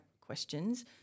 questions